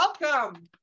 welcome